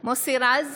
מוסי רז,